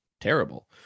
terrible